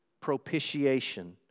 propitiation